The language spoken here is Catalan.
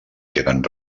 queden